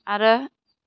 आरो